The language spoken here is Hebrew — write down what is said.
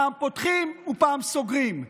פעם פותחים ופעם סוגרים.